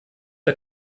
der